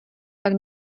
tak